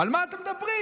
על מה אתם מדברים?